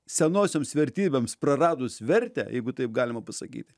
senosioms vertybėms praradus vertę jeigu taip galima pasakyti